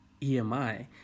EMI